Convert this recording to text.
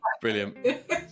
brilliant